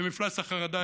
מפלס החרדה,